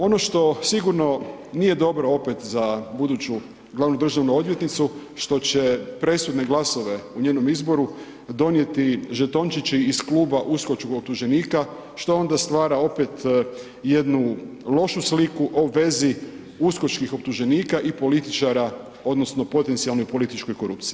Ono što sigurno nije dobro opet za buduću glavnu državnu odvjetnicu, što će presudne glasove u njenom izboru donijeti žetončići iz kluba USKOK-čkog optuženika što onda stvara opet jednu lošu sliku o vezi USKOK-čkih optuženika i političara odnosno potencijalnoj političkoj korupciji.